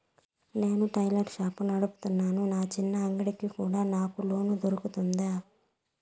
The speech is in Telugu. నేను టైలర్ షాప్ నడుపుతున్నాను, నా చిన్న అంగడి కి కూడా నాకు లోను దొరుకుతుందా?